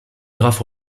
graphe